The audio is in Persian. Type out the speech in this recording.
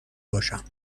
باشم